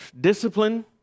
discipline